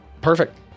Perfect